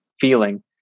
feeling